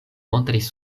montris